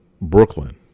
Brooklyn